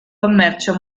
commercio